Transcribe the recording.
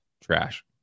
trash